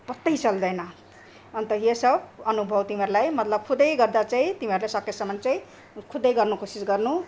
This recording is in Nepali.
पत्तै चल्दैन अन्त यो सब अनुभव तिमीहरूलाई मतलब खुदै गर्दा चाहिँ तिमीहरूले सकेसम्म चाहिँ खुदै गर्नु कोसिस गर्नु